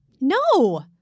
No